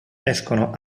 escono